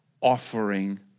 offering